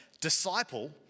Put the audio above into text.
disciple